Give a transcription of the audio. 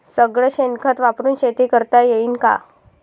सगळं शेन खत वापरुन शेती करता येईन का?